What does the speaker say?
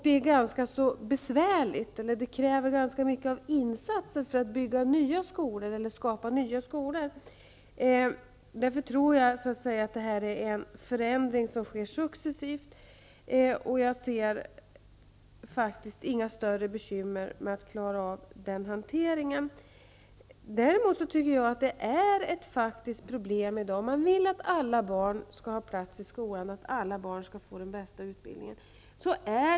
Det är ganska besvärligt och kräver ganska stora insatser att skapa nya skolor. Därför tror jag att den här förändringen kommer att ske successivt. Jag ser faktiskt inga större bekymmer med att klara av hanteringen. Däremot tycker jag att vi har ett faktiskt problem i dag: Man vill att alla barn skall ha plats i skolan och att alla barn skall få den bästa utbildningen.